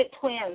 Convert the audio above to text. Twins